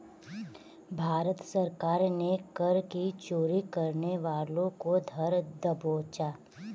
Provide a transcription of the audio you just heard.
भारत सरकार ने कर की चोरी करने वालों को धर दबोचा